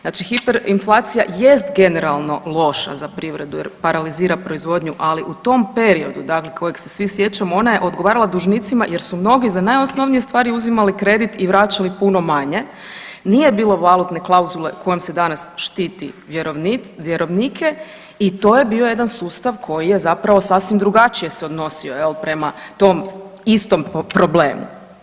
Znači hiperinflacija jest generalno loša za privredu jer paralizira proizvodnju, ali u tom periodu dakle kojeg se svi sjećamo ona je odgovarala dužnicima jer su mnogi za najosnovnije stvari uzimali kredit i vraćali puno manje, nije bilo valutne klauzule kojom se danas štiti vjerovnike i to je bio jedan sustav koji je zapravo sasvim drugačije se odnosio jel prema tom istom problemu.